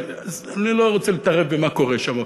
אני לא רוצה להתערב במה שקורה שם.